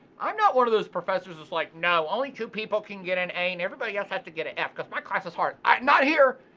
i'm not one of those professors that's like now only two people can get an a and everybody else has to get an f cuz my class is hard, not here.